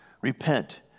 Repent